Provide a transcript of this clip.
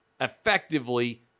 effectively